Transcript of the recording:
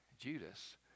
Judas